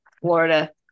Florida